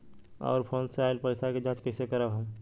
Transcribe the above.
और फोन से आईल पैसा के जांच कैसे करब हम?